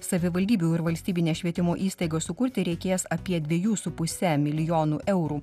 savivaldybių ir valstybinės švietimo įstaigos sukurti reikės apie dviejų su puse milijonų eurų